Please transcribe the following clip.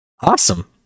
Awesome